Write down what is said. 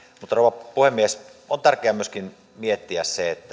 mutta rouva puhemies on tärkeää myöskin miettiä